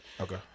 Okay